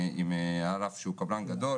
על אף שהוא קבלן גדול,